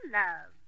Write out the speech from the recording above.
love